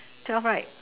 twelve right